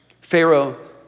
Pharaoh